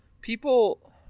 people